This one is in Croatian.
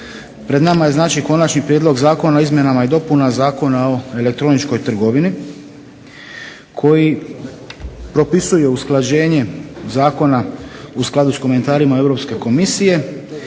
Pred nama je znači Konačni prijedlog zakona o izmjenama i dopunama Zakona o elektroničkoj trgovini koji propisuje usklađenje zakona u skladu s komentarima Europske komisije